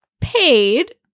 paid